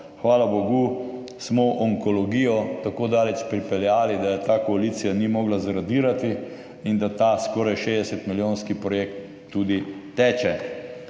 Hvala bogu, smo onkologijo tako daleč pripeljali, da je ta koalicija ni mogla zradirati in da ta skoraj 60 milijonski projekt tudi teče.